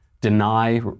deny